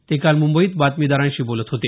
ते काल मुंबईत बातमीदारांशी बोलत होते